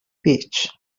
beach